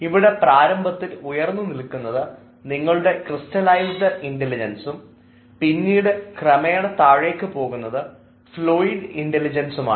ഇവിടെ പ്രാരംഭത്തിൽ ഉയർന്ന് നിൽക്കുന്നത് നിങ്ങളുടെ ക്രിസ്റ്റലൈസ്ഡ് ഇന്റലിജൻസും പിന്നീട് ക്രമേണ താഴേക്ക് പോകുന്നത് ഫ്ലൂയിഡ് ഇന്റലിജൻസുമാണ്